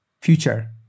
Future